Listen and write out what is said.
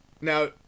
Now